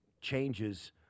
changes